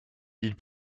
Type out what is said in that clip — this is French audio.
ils